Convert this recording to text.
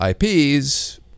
IPs